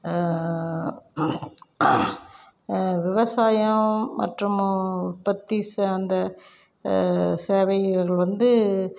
விவசாயம் மற்றும் உற்பத்தி சார்ந்த சேவைகள் வந்து